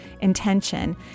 intention